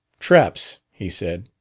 traps! he said.